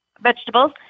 vegetables